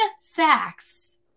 sacks